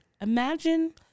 Imagine